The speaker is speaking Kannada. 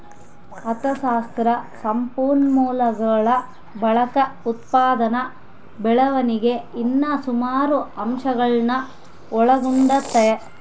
ಅಥಶಾಸ್ತ್ರ ಸಂಪನ್ಮೂಲಗುಳ ಬಳಕೆ, ಉತ್ಪಾದನೆ ಬೆಳವಣಿಗೆ ಇನ್ನ ಸುಮಾರು ಅಂಶಗುಳ್ನ ಒಳಗೊಂಡತೆ